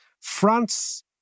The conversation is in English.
France